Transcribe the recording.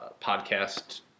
podcast